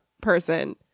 person